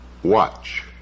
Watch